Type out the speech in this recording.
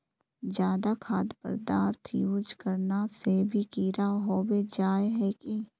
ज्यादा खाद पदार्थ यूज करना से भी कीड़ा होबे जाए है की?